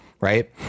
right